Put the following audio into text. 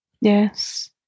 Yes